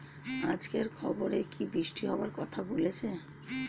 আজকের খবরে কি বৃষ্টি হওয়ায় কথা বলেছে?